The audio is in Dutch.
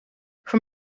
voor